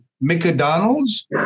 McDonald's